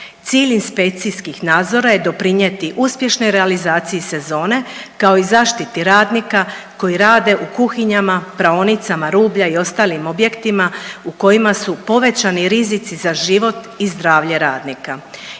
Cilj inspekcijskih nadzora je doprinijeti uspješnoj realizaciji sezone kao i zaštiti radnika koji rade u kuhinjama, praonicama rublja i ostalim objektima u kojima su povećani rizici za život i zdravlje radnika.